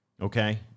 Okay